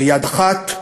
ביד אחת,